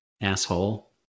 asshole